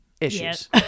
issues